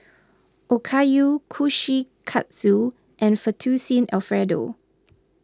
Okayu Kushikatsu and Fettuccine Alfredo